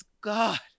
God